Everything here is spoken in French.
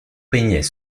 peignait